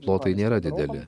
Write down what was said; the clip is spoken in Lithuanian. plotai nėra dideli